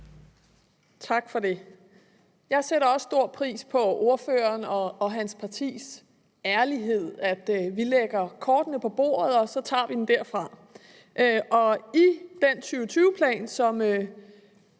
Tak for det. Jeg sætter også stor pris på ordførerens og hans partis ærlighed, med hensyn til at vi lægger kortene på bordet og så tager vi den derfra. I den 2020-plan, som